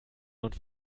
und